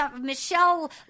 Michelle